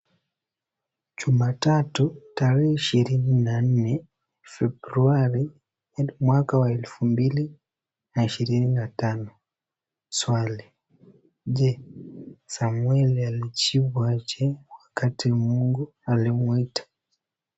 Jumatatu, tarehe ishirini na nne, Februari, mwaka wa elfu mbili na ishirini na tano. Swali, je, Samweli alijibu aje wakati Mungu alimwita?